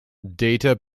data